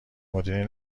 مدیره